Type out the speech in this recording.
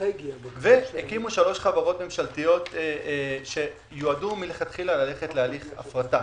והקימו שלוש חברות ממשלתיות שיועדו מלכתחילה להליך הפרטה.